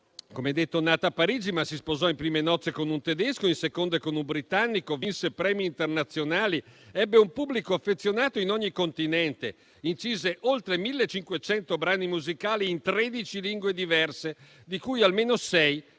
come detto, nata a Parigi, ma si sposò in prime nozze con un tedesco e in seconde con un britannico, vinse premi internazionali, ebbe un pubblico affezionato in ogni continente; incise oltre 1.500 brani musicali in tredici lingue diverse, di cui almeno